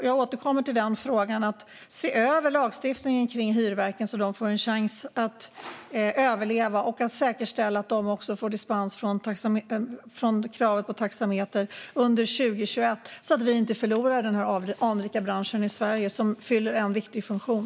Jag återkommer till frågan att man behöver se över lagstiftningen om hyrverken så att de får en chans att överleva och att man behöver säkerställa att de får dispens från kravet på taxameter under 2021 så att vi inte förlorar denna anrika bransch i Sverige som fyller en viktig funktion.